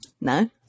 No